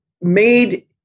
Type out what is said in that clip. made